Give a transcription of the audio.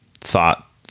thought